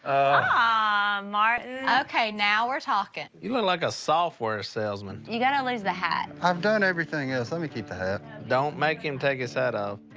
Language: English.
ahh, martin! okay now we're talkin' you look like a software salesman. you gotta lose the hat. i've done everything else, let me keep the hat! don't make him take his hat off.